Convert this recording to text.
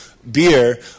beer